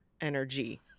energy